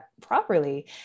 properly